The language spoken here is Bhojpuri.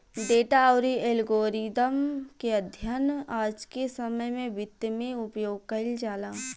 डेटा अउरी एल्गोरिदम के अध्ययन आज के समय में वित्त में उपयोग कईल जाला